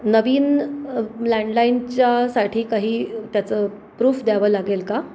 नवीन लँडलाईनच्यासाठी काही त्याचं प्रूफ द्यावं लागेल का